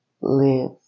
live